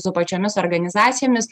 su pačiomis organizacijomis